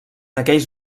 aquells